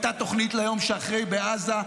הייתה תוכנית ליום שאחרי בעזה,